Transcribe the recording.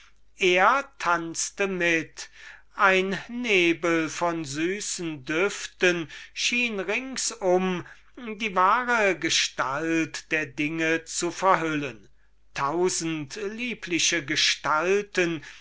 er tanzte mit ein nebel von süßen düften schien rings um ihn her die wahre gestalt der dinge zu verbergen und tausend liebliche gestalten